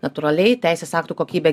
natūraliai teisės aktų kokybė